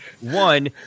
one